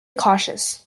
cautious